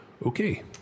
okay